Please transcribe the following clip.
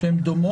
שהן דומות?